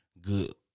good